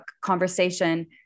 conversation